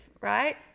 right